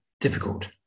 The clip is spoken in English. difficult